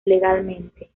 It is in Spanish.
legalmente